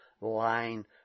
line